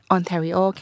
Ontario